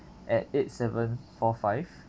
at eight seven four five